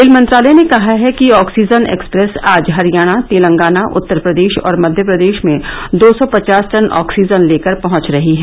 rail मंत्रालय ने कहा है कि ऑक्सीजन एक्सप्रेस आज हरियाणा तेलंगाना उत्तरप्रदेश और मध्यप्रदेश में दो सौ पचास टन ऑक्सीजन लेकर पहंच रही हैं